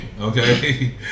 okay